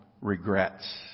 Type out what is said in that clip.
regrets